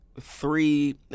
three